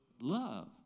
love